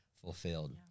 fulfilled